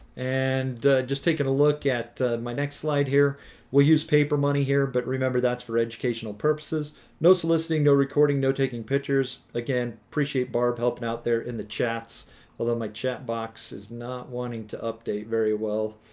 and just taking a look at my next slide here we'll use paper money here but remember that's for educational purposes no soliciting no recording no taking pictures again appreciate barb helping out there in the chats although my chat box is not wanting to update very well